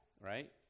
right